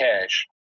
cash